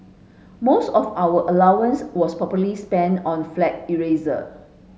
most of our allowance was probably spent on flag eraser